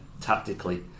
tactically